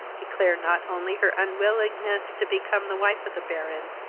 declare not only her unwillingness to become the wife of the baron,